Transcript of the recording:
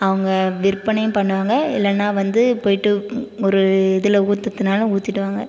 அவங்க விற்பனையும் பண்ணுவாங்க இல்லைன்னா வந்து போயிட்டு ஒரு இதில் ஊற்றுறதுனாலும் ஊற்றிடுவாங்க